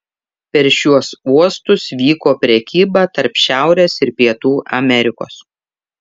per šiuos uostus vyko prekyba tarp šiaurės ir pietų amerikos